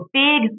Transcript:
big